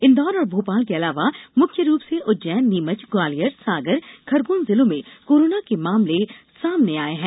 इंदौर और भोपाल के अलावा मुख्य रूप से उज्जैन नीमच ग्वालियर सागर खरगोन जिलों में कोरोना के मामले सामने आए हैं